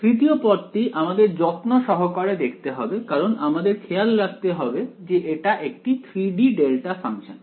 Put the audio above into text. তৃতীয় পদটি আমাদের যত্ন সহকারে দেখতে হবে কারণ আমাদের খেয়াল রাখতে হবে যে এটা একটি 3 D ডেল্টা ফাংশন